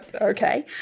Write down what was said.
okay